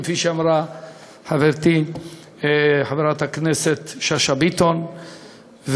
כפי שאמרה חברתי חברת הכנסת שאשא ביטון,